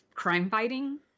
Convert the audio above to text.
crime-fighting